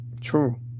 True